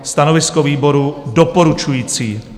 Stanovisko výboru: doporučující.